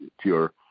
pure